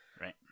Right